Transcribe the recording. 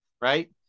right